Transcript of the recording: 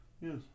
Yes